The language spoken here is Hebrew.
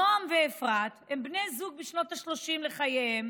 נועם ואפרת הם בני זוג בשנות ה-30 לחייהם